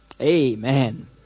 Amen